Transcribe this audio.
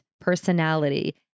personality